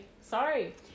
Sorry